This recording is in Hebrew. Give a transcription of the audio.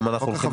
אם אנחנו הולכים?